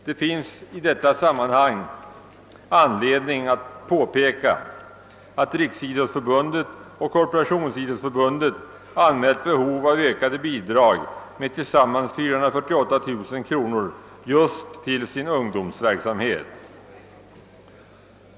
Det finns i detta sammanhang anledning påpeka att Riksidrottsförbundet och Korporationsidrottsförbundet anmält behov av ökade bidrag med tillsammans 448 000 kronor just till sin ungdomsverksamhet.